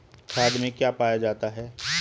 खाद में क्या पाया जाता है?